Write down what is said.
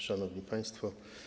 Szanowni Państwo!